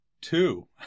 Two